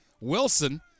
Wilson